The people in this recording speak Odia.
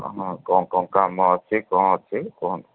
ହଁ ହଁ କ'ଣ କ'ଣ କାମ ଅଛି କ'ଣ ଅଛି କୁହନ୍ତୁ